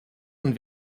und